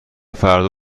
فردا